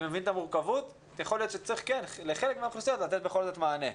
יכול להיות שצריך לחלק מן האוכלוסיות לתת בכל זאת מענה,